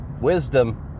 wisdom